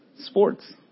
Sports